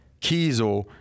Kiesel